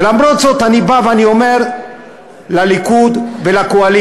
ולמרות זאת אני בא ואני אומר לליכוד ולקואליציה: